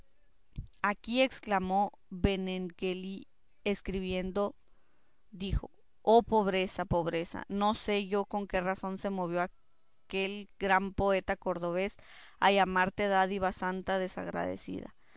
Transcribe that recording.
aquí exclamó benengeli y escribiendo dijo oh pobreza pobreza no sé yo con qué razón se movió aquel gran poeta cordobés a llamarte dádiva santa desagradecida